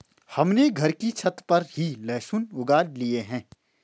हमने घर की छत पर ही लहसुन उगा लिए हैं